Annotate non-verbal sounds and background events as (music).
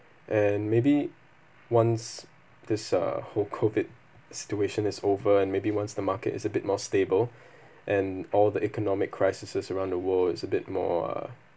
and maybe once this uh whole COVID situation is over and maybe once the market is a bit more stable (breath) and all the economic crisis around the world is a bit more uh